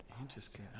Interesting